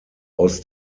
aus